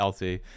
LT